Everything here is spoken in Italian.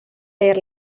per